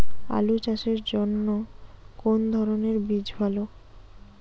আলু চাষের জন্য কোন ধরণের বীজ ভালো?